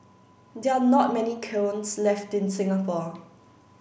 there are not many kilns left in Singapore